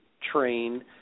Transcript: train